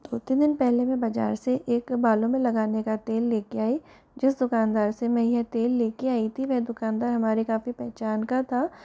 दो तीन दिन पहले मैं बाजार से एक बालों में लगाने का तेल लेकर आई जिस दुकानदार से मैं ये तेल लेकर आई थी वह दुकानदार हमारे काफ़ी पहचान का था